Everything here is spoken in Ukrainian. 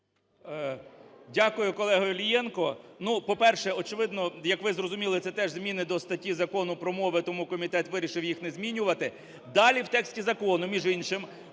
Дякую, колего Іллєнко. Ну, по-перше, очевидно, як ви зрозуміли, це теж зміни до статті Закону про мови, тому комітет вирішив їх не змінювати. Далі в тексті закону, між іншим,